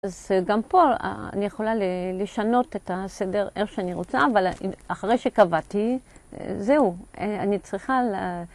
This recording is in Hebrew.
אז גם פה, אני יכולה לשנות את הסדר איך שאני רוצה, אבל אחרי שקבעתי, זהו, אני צריכה...